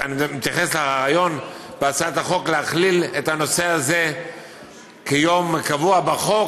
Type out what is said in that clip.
אני מתייחס לרעיון בהצעת החוק להכליל את הנושא הזה כיום קבוע בחוק.